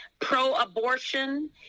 pro-abortion